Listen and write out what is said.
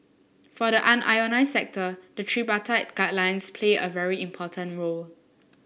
for the unionised sector the tripartite guidelines play a very important role